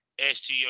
sto